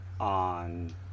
on